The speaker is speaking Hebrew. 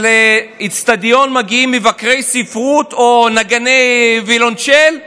שלאצטדיון יגיעו מבקרי ספרות או נגני ויולונצ'לו?